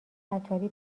عطاری